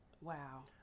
Wow